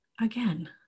again